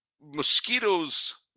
Mosquitoes